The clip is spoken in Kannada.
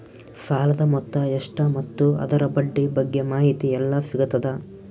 ಸಾಲದ ಮೊತ್ತ ಎಷ್ಟ ಮತ್ತು ಅದರ ಬಡ್ಡಿ ಬಗ್ಗೆ ಮಾಹಿತಿ ಎಲ್ಲ ಸಿಗತದ?